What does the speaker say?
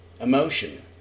Emotion